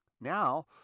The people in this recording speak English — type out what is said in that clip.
Now